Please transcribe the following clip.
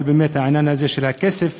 אבל העניין של הכסף